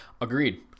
Agreed